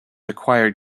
acquired